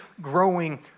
growing